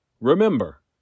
Remember